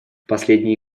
последние